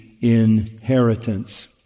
inheritance